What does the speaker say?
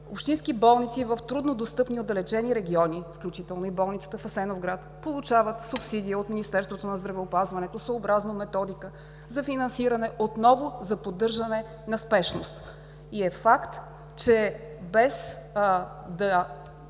Общински болници в трудно достъпни и отдалечени региони, включително и болницата в Асеновград, получават субсидия от Министерството на здравеопазването съобразно методика за финансиране за поддържане на спешност. Факт е, че без да